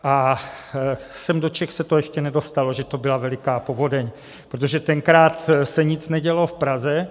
A sem do Čech se to ještě nedostalo, že to byla veliká povodeň, protože tenkrát se nic nedělo v Praze.